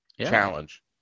challenge